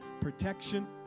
protection